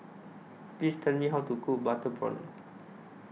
Please Tell Me How to Cook Butter Prawn